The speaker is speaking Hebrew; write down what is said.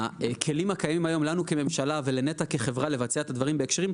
הכלים הקיימים היום לנו כממשלה ולנת"ע כחברה לבצע את הדברים בהקשרים,